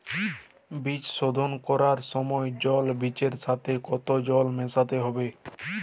বীজ শোধন করার সময় জল বীজের সাথে কতো জল মেশাতে হবে?